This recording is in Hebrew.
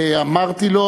ואמרתי לו,